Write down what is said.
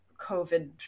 COVID